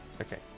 Okay